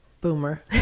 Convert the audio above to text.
boomer